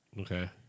Okay